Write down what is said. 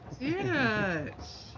yes